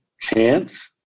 Chance